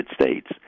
States